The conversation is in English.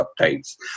updates